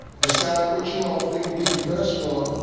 decide what you all think will be the best one.